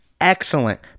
excellent